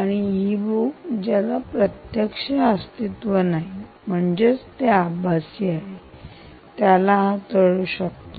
आणि ebook ज्याला प्रत्यक्ष अस्तित्व नाही म्हणजेच आभासी आहे त्याला हाताळू शकतो